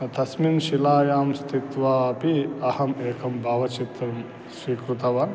तस्मिन् शिलायां स्थित्वा अपि अहम् एकं भावचित्रं स्वीकृतवान्